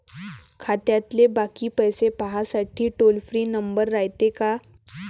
खात्यातले बाकी पैसे पाहासाठी टोल फ्री नंबर रायते का?